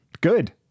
Good